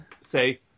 say